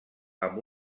amb